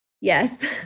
Yes